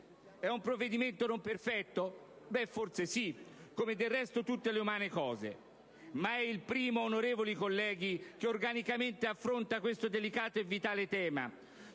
È un provvedimento non perfetto? Forse sì, come del resto tutte le umane cose, ma è il primo, onorevoli colleghi, che affronta organicamente questo delicato e vitale tema